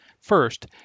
First